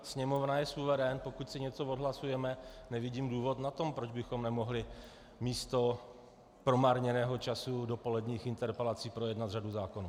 Sněmovna je suverén, pokud si něco odhlasujeme, nevidím důvod, proč bychom nemohli místo promarněného času dopoledních interpelací projednat řadu zákonů.